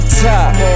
top